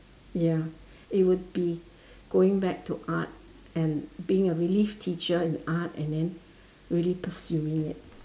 ya it would be going back to art and being a relief teacher in art and then really pursuing it